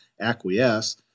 acquiesce